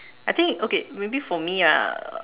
I think okay maybe for me I